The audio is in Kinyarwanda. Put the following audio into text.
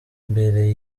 mbere